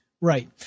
Right